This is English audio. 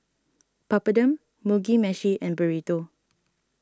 Papadum Mugi Meshi and Burrito